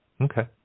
Okay